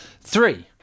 Three